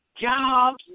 jobs